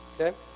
Okay